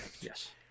yes